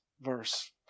verse